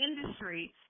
industries